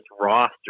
roster